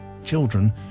children